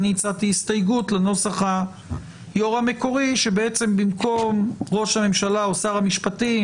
אני הצעתי הסתייגות לנוסח היו"ר המקורי שבמקום ראש הממשלה או שר המשפטים